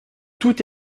tout